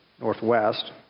northwest